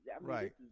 Right